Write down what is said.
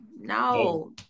no